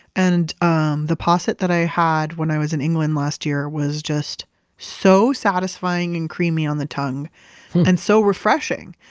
and um the posset that i had when i was in england last year was just so satisfying and creamy on the tongue and so refreshing.